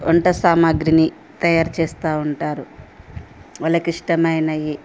వంట సామాగ్రిని తయారు చేస్తూ ఉంటారు వాళ్ళకి ఇష్టమైనవి